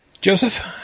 Joseph